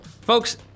folks